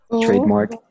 Trademark